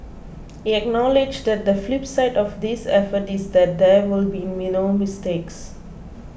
he acknowledged that the flip side of this effort is that there will be mistakes